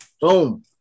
Boom